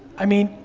i mean,